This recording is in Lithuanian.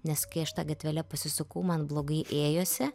nes kai aš ta gatvele pasisukau man blogai ėjosi